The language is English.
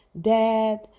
dad